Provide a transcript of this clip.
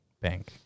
Bank